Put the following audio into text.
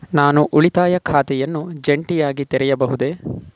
ನಾನು ಉಳಿತಾಯ ಖಾತೆಯನ್ನು ಜಂಟಿಯಾಗಿ ತೆರೆಯಬಹುದೇ?